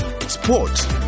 Sports